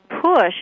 push